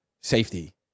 safety